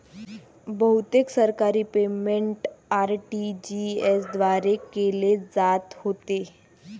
बहुतेक सरकारी payment RTGS द्वारे केले जात होते